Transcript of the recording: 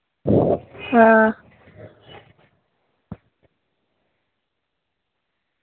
हां